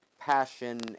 passion